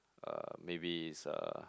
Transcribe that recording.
uh maybe it's a